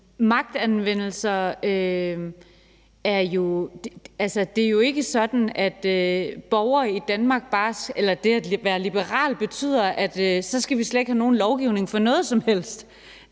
Det er jo ikke sådan, at det at være liberal betyder, at vi så slet ikke skal have nogen lovgivning for noget som helst,